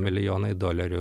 milijonai dolerių